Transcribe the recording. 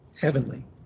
heavenly